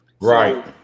Right